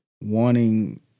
wanting